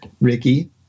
Ricky